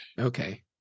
Okay